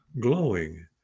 glowing